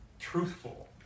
truthful